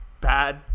bad